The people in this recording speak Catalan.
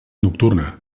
nocturna